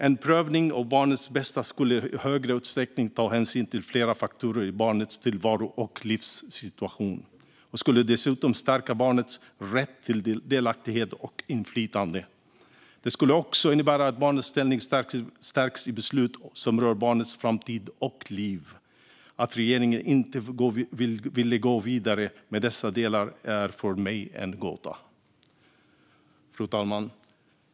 En prövning av barnets bästa skulle i högre utsträckning ta hänsyn till flera faktorer i barnets tillvaro och livssituation och skulle dessutom stärka barnets rätt till delaktighet och inflytande. Det skulle också innebära att barnets ställning stärks i beslut som rör barnets framtid och liv. Att regeringen inte ville gå vidare med dessa delar är för mig en gåta. Fru talman!